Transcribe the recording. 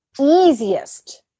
easiest